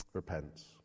Repent